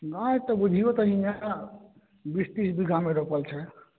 गाछ तऽ बुझियौ तऽ इएह सब बीस तीस बीघा मे रोपल छै